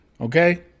okay